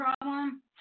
problem